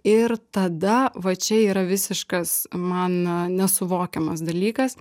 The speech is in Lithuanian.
ir tada va čia yra visiškas man nesuvokiamas dalykas